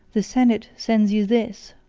the senate sends you this.